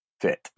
fit